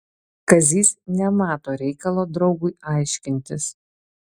kazys nemato reikalo draugui aiškintis